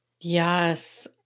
Yes